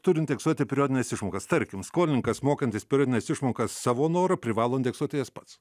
turi indeksuoti periodines išmokas tarkim skolininkas mokantys periodines išmokas savo noru privalo indeksuoti jas pats